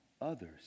others